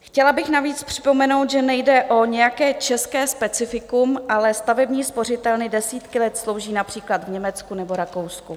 Chtěla bych navíc připomenout, že nejde o nějaké české specifikum, ale stavební spořitelny desítky let slouží například v Německu nebo Rakousku.